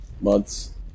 months